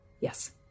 Yes